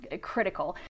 critical